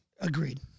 Agreed